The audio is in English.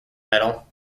medal